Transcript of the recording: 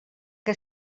que